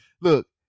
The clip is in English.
Look